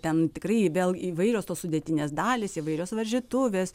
ten tikrai vėl įvairios tos sudėtinės dalys įvairios varžytuvės